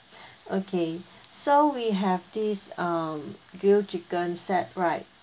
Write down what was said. okay so we have this um grilled chicken set right